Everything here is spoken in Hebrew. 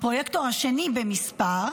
הפרויקטור השני במספר,